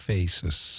Faces